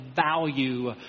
value